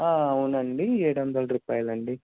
అవునండి ఏడు వందల రూపాయలండి